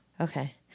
okay